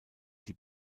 die